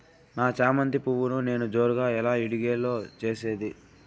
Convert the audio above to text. నా చామంతి పువ్వును నేను జోరుగా ఎలా ఇడిగే లో చేసేది?